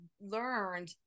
learned